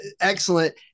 excellent